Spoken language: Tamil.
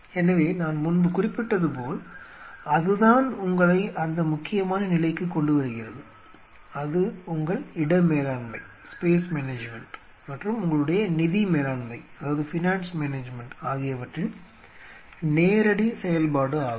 எனவே நான் முன்பு குறிப்பிட்டதுபோல் அதுதான் உங்களை அந்த முக்கியமான நிலைக்குக் கொண்டுவருகிறது அது உங்கள் இட மேலாண்மை மற்றும் உங்களுடைய நிதி மேலாண்மை ஆகியவற்றின் நேரடி செயல்பாடு ஆகும்